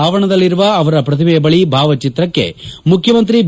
ಆವರಣದಲ್ಲಿರುವ ಅವರ ಪ್ರತಿಮೆ ಬಳಿ ಭಾವಚಿತ್ರಕ್ಷೆ ಮುಖ್ಯಮಂತ್ರಿ ಬಿ